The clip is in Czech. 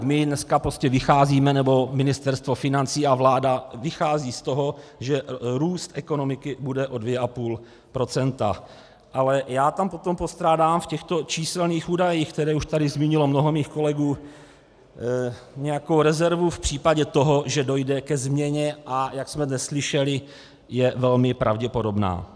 My dnes prostě vycházíme, nebo Ministerstvo financí a vláda vycházejí z toho, že růst ekonomiky bude o 2,5 %, ale já tam potom postrádám v těchto číselných údajích, které už tady zmínilo mnoho mých kolegů, nějakou rezervu v případě toho, že dojde ke změně, a jak jsme dnes slyšeli, je velmi pravděpodobná.